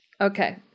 Okay